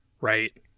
right